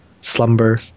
slumber